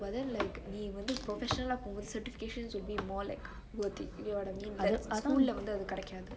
but then like வந்து:vanthu professional லா போமொது:laa pomuthu certifications will be more worth it you get what I mean school ல வந்து அது கடைக்காது:le vanthu athu kedaikaathu